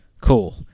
Cool